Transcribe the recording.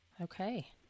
Okay